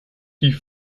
die